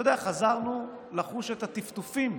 אתה יודע, חזרנו לחוש את הטפטופים,